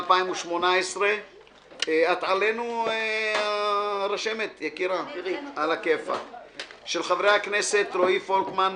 התשע"ח-2018 של חברי הכנסת רועי פולקמן,